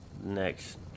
next